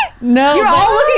no